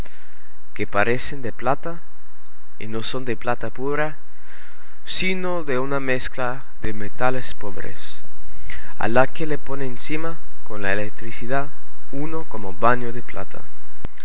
que parecen de plata y no son de plata pura sino de una mezcla de metales pobres a la que le ponen encima con la electricidad uno como baño de plata